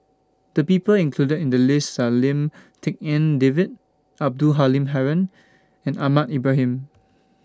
The People included in The list Are Lim Tik En David Abdul Halim Haron and Ahmad Ibrahim